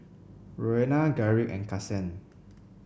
Roena Garrick and Kasen